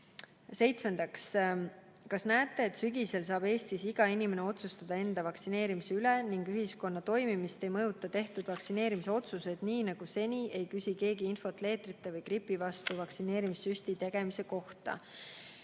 Seitsmendaks: "Kas näete, et sügisel saab Eestis iga inimene ise otsustada enda vaktsineerimise üle ning ühiskonna toimimist ei mõjuta tehtud vaktsineerimisotsused, nii nagu seni ei küsi keegi infot leetrite või gripi vastu vaktsiinisüsti tegemise kohta?"